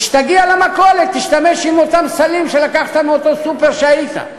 וכשתגיע למכולת תשתמש באותם סלים שלקחת מאותו סופר שבו היית.